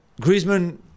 Griezmann